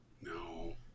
No